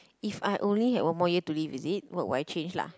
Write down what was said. if I only had one more year to live is it what would I change lah